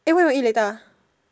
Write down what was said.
eh what you want eat later ah